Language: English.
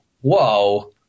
whoa